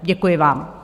Děkuji vám.